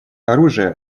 оружия